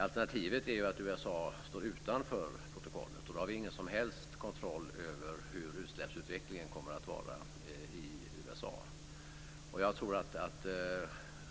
Alternativet är ju att USA står utanför protokollet, och då har vi ingen som helst kontroll över hur utsläppsutvecklingen kommer att se ut i USA. Jag tror att